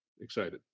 excited